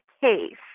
case